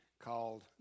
called